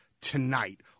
tonight